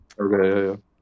Okay